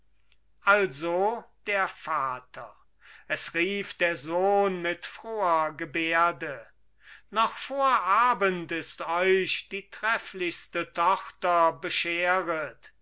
also der vater es rief der sohn mit froher gebärde noch vor abend ist euch die trefflichste tochter bescheret